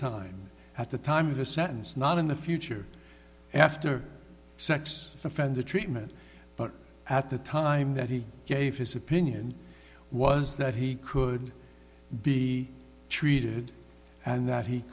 time at the time of the sentence not in the future after sex offender treatment but at the time that he gave his opinion was that he could be treated and that he